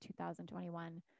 2021